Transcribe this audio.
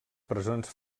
presons